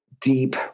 deep